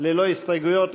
ללא הסתייגויות,